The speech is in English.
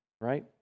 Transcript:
right